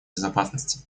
безопасности